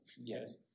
yes